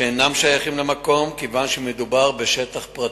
שאינם שייכים למקום, כיוון שמדובר בשטח פרטי.